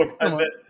look